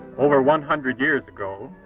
over one hundred years ago,